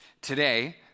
Today